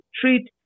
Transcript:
treat